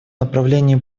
направлении